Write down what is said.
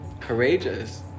courageous